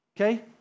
okay